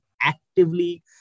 actively